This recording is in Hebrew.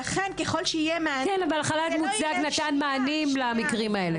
אבל חל"ת מוצדק נתן מענים למקרים האלה.